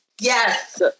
Yes